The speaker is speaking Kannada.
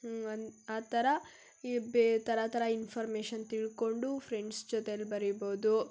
ಆ ಥರ ಈ ಥರ ಥರ ಇನ್ಫಾರ್ಮೇಶನ್ ತಿಳ್ಕೊಂಡು ಫ್ರೆಂಡ್ಸ್ ಜೊತೇಲಿ ಬರೀಬೌದು